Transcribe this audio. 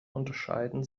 unterscheiden